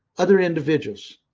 other individuals,